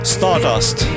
Stardust